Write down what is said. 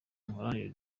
muharanire